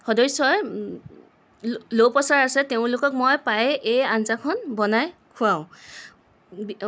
সদস্যই ল' প্ৰেছাৰ আছে তেওঁলোকক মই প্ৰায়েই এই আঞ্জাখন বনাই খুৱাওঁ